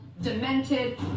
Demented